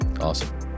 awesome